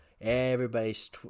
everybody's